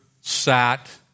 sat